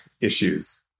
issues